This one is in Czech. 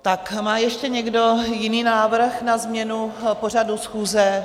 Tak má ještě někdo jiný návrh na změnu pořadu schůze?